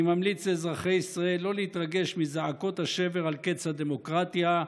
אני ממליץ לאזרחי ישראל לא להתרגש מזעקות השבר על קץ הדמוקרטיה,